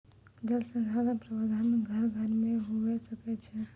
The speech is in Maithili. जल संसाधन प्रबंधन घर घर मे भी हुवै सकै छै